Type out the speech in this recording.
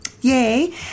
yay